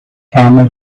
camel